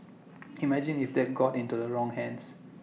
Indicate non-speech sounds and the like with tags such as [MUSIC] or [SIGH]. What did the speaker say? [NOISE] imagine if that got into the wrong hands